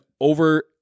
over